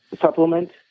supplement